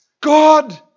God